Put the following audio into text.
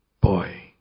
Boy